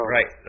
Right